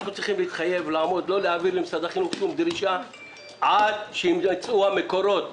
אנחנו לא צריכים להעביר למשרד החינוך שום דרישה עד שיימצאו המקורות.